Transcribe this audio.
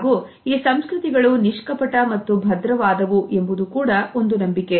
ಹಾಗೂ ಈ ಸಂಸ್ಕೃತಿಗಳು ನಿಷ್ಕಪಟ ಮತ್ತು ಭದ್ರ ವಾದವು ಎಂಬುದು ಕೂಡ ಒಂದು ನಂಬಿಕೆ